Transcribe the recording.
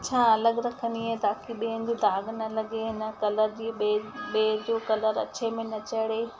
अछा अलॻि रखंदी आहियां ताकि ॿिए हंधि दाग़ न लॻे हिन कलर जी ॿिए ॿिए जो कलर अछे में न चढ़े